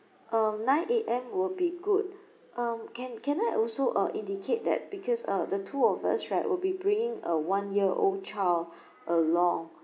um nine A_M will be good um can can I also uh indicate that because uh the two of us right will be bringing a one year old child along